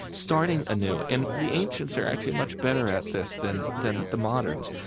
starting anew. and the ancients are actually much better at this than than the moderns.